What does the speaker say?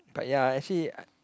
but yeah actually